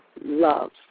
love